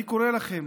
אני קורא לכם: